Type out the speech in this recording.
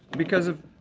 because of,